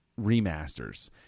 remasters